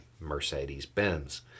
Mercedes-Benz